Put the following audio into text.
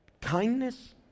kindness